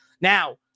Now